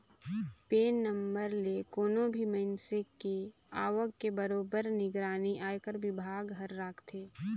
PAN number ले कोनो भी मइनसे के आवक के बरोबर निगरानी आयकर विभाग हर राखथे